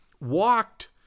walked